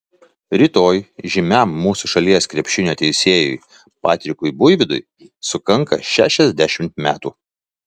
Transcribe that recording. rytoj žymiam mūsų šalies krepšinio teisėjui patrikui buivydui sukanka šešiasdešimt metų